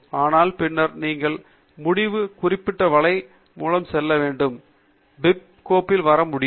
ஆனால் பின்னர் நீங்கள் முடிவு குறிப்பு வலை மூலம் செல்ல வேண்டும் தரவு ஒரு பிபி கோப்பில் வர முடியும்